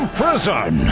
prison